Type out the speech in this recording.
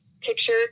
picture